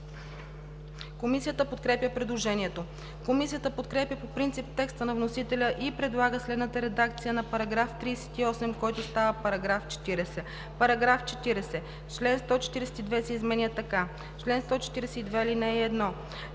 Комисията подкрепя предложението. Комисията подкрепя по принцип текста на вносителя и предлага следната редакция на § 38, който става § 40: „§ 40. Член 142 се изменя така: „Чл. 142. (1) Не се